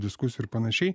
diskusijų ir panašiai